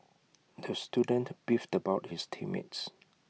the student beefed about his team mates